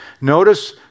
Notice